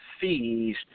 fees